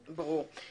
ברור.